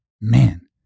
man